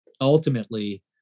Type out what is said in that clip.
ultimately